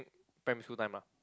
primary school time lah